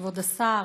כבוד השר,